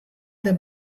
them